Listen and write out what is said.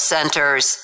Centers